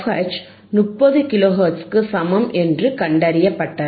H 30 kilo ஹெர்ட்ஸுக்கு சமம் என்று கண்டறியப்பட்டது